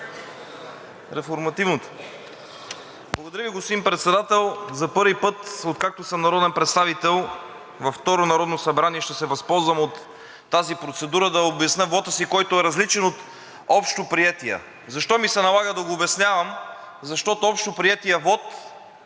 Реформативното. Благодаря Ви, господин Председател. За първи път, откакто съм народен представител във второ Народно събрание, ще се възползвам от тази процедура, за да обясня вота си, който е различен от общоприетия. Защо ми се налага да го обяснявам? Защото общоприетият вот,